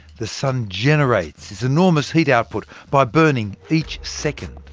the sun generates its enormous heat output by burning, each second,